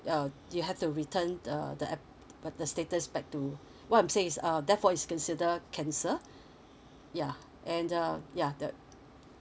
uh you have to return the the ap~ uh the status back to what I'm say is uh therefore is consider cancel yeah and uh yeah that